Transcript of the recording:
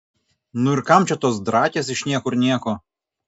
nu ir kam čia tos drakės iš niekur nieko